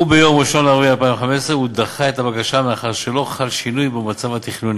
וביום 1 באפריל 2015 הוא דחה את הבקשה מאחר שלא חל שינוי במצב התכנוני.